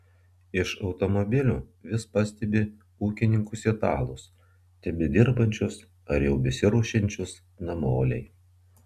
iš automobilio vis pastebi ūkininkus italus tebedirbančius ar jau besiruošiančius namolei